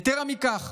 יתרה מכך,